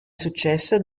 successo